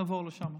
נעבור לשם.